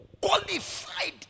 Qualified